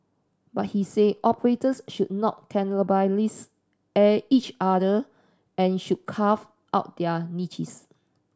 but he said operators should not cannibalise each other and should carve out their niches